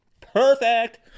Perfect